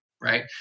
right